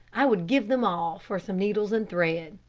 i would give them all for some needles and thread,